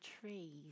trees